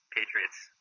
Patriots